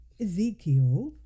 Ezekiel